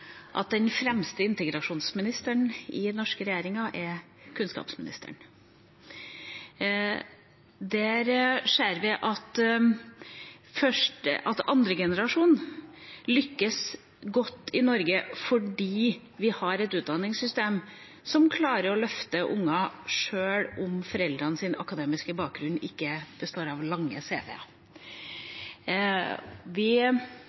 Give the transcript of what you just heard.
at den fremste integrasjonsministeren i den norske regjeringa er kunnskapsministeren. Der ser vi at andregenerasjonen lykkes godt i Norge, fordi vi har et utdanningssystem som klarer å løfte ungene, sjøl om foreldrenes akademiske bakgrunn ikke gir lange cv-er. Vi